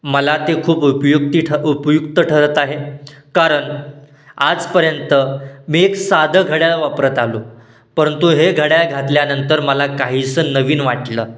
मला ते खूप उपयुक्ती ठ उपयुक्त ठरत आहे कारण आजपर्यंत मी एक साधं घड्याळ वापरत आलो परंतु हे घड्याळ घातल्यानंतर मला काहीसं नवीन वाटलं